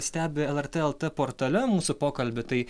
stebi lrt lt portale mūsų pokalbį tai